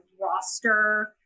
roster